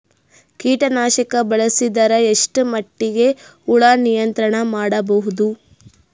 ಕೀಟನಾಶಕ ಬಳಸಿದರ ಎಷ್ಟ ಮಟ್ಟಿಗೆ ಹುಳ ನಿಯಂತ್ರಣ ಮಾಡಬಹುದು?